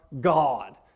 God